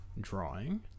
Drawing